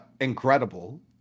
incredible